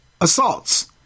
assaults